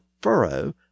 furrow